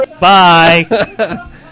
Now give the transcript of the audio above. Bye